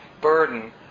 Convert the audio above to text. burden